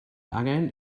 angen